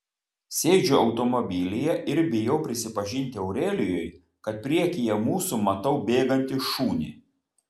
sėdžiu automobilyje ir bijau prisipažinti aurelijui kad priekyje mūsų matau bėgantį šunį